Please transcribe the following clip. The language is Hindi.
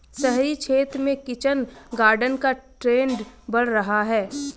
शहरी क्षेत्र में किचन गार्डन का ट्रेंड बढ़ रहा है